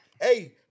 Hey